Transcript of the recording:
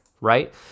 right